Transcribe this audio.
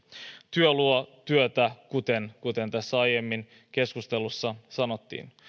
työ luo työtä kuten kuten tässä aiemmin keskustelussa sanottiin